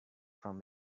from